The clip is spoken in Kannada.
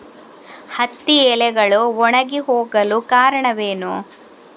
ಹತ್ತಿ ಎಲೆಗಳು ಒಣಗಿ ಹೋಗಲು ಕಾರಣವೇನು?